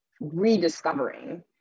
rediscovering